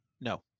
No